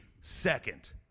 second